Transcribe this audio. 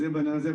זה בעניין הזה,